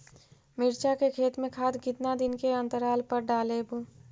मिरचा के खेत मे खाद कितना दीन के अनतराल पर डालेबु?